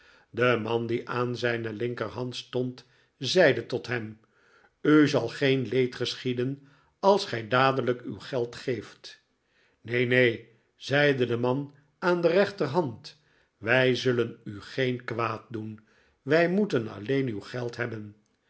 de man die aan zijne linkerhand stond zeide tot hem tj zal geen leed geschieden als gij dadelijk uw geld geeft neen neen zeide de man aan de rechterhand wij zullen u geen kwaad doen wij moeten alleen uw geld hebben